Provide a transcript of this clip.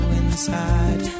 inside